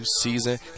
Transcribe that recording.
season